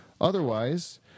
otherwise